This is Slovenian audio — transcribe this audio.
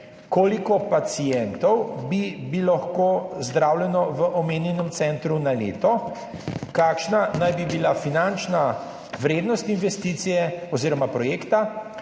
Koliko pacientov bi lahko bilo zdravljenih v omenjenem centru na leto? Kakšna naj bi bila finančna vrednost investicije oziroma projekta?